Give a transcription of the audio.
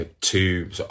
two